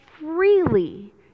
freely